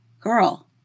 girl